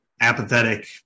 apathetic